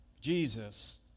Jesus